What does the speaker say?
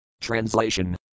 Translation